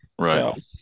Right